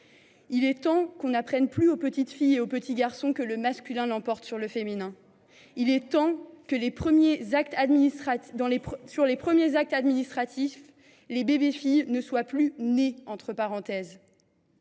Il est temps de ne plus apprendre aux petites filles et aux petits garçons « que le masculin l’emporte sur le féminin ». Il est temps que, sur les premiers actes administratifs, les bébés filles ne soient plus « né(e)s ».